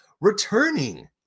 returning